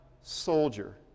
soldier